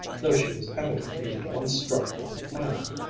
though she was evidently at once struck with the plan.